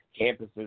campuses